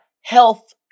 health